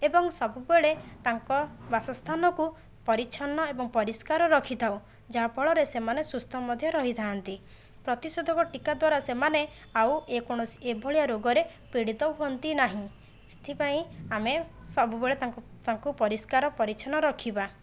ଏବଂ ସବୁବେଳେ ତାଙ୍କ ବାସ ସ୍ଥାନକୁ ପରିଚ୍ଛନ୍ନ ଏବଂ ପରିଷ୍କାର ରଖିଥାଉ ଯାହାଫଳରେ ସେମାନେ ସୁସ୍ଥ ମଧ୍ୟ ରହିଥାନ୍ତି ପ୍ରତିଷୋଧକ ଟିକା ଦ୍ଵାରା ସେମାନେ ଆଉ ଏ କୌଣସି ଏଭଳିଆ ରୋଗରେ ପୀଡ଼ିତ ହୁଅନ୍ତି ନାହିଁ ସେଥିପାଇଁ ଆମେ ସବୁବେଳେ ତାଙ୍କୁ ତାଙ୍କୁ ପରିଷ୍କାର ପରିଚ୍ଛନ୍ନ ରଖିବା